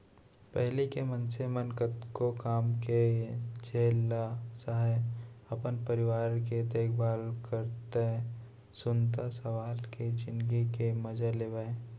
पहिली के मनसे मन कतको काम के झेल ल सहयँ, अपन परिवार के देखभाल करतए सुनता सलाव ले जिनगी के मजा लेवयँ